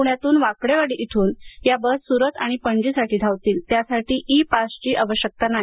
पुण्यातून वाकडेवाडी इथून या बस सुरत आणि पणजीसाठी धावतील त्यासाठी ई पासची आवश्यकता नाही